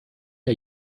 der